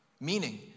Meaning